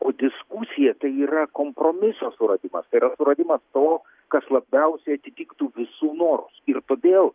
o diskusija tai yra kompromiso suradimas tai yra suradimas to kas labiausiai atitiktų visų norus ir todėl